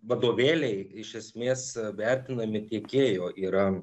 vadovėliai iš esmės vertinami tiekėjo yra